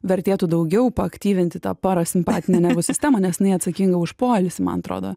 vertėtų daugiau paaktyvinti tą parasimpatinę nervų sistemą nes jinai atsakinga už poilsį man atrodo